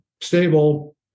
stable